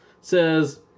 says